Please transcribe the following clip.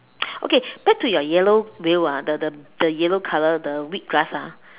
okay back to your yellow wheel ah the the the yellow color the wheat grass ah